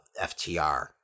FTR